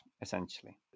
essentially